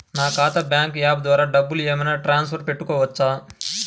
నా ఖాతా bank app ద్వారా డబ్బులు ఏమైనా ట్రాన్స్ఫర్ పెట్టుకోవచ్చా?